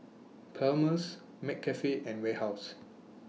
Palmer's McCafe and Warehouse